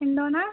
എന്തോന്നാ